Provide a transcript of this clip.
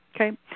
okay